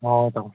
ꯍꯣꯏ ꯇꯥꯃꯣ